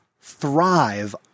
thrive